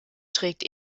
trägt